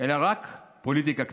אלא רק פוליטיקה קטנה.